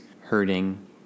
hurting